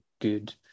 good